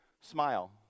smile